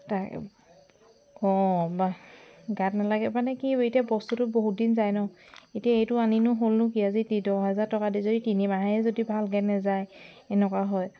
তাকে অঁ গাত নালাগে মানে কি এতিয়া বস্তুটো বহুত দিন যায় ন এতিয়া এইটো আনিনো হ'লনো কি আজি দহ হাজাৰ টকা দি যদি তিনিমাহেই যদি ভালকৈ নাযায় এনেকুৱা হয়